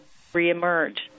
reemerge